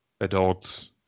adults